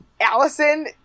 Allison